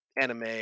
anime